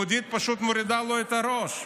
יהודית פשוט מורידה לו את הראש.